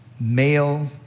male